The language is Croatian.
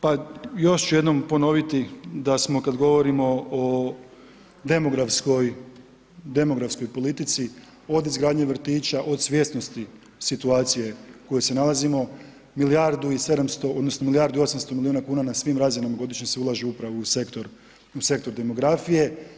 Pa još ću jednom ponoviti da smo kada govorimo o demografskoj, demografskoj politici, od izgradnje vrtića, od svjesnosti situacije u kojoj se nalazimo milijardu i 700, odnosno milijardu i 800 milijuna kuna na svim razinama godišnje se ulaže upravo u sektor demografije.